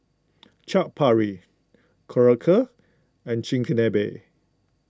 Chaat Papri Korokke and Chigenabe